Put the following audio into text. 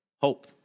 Hope